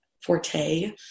forte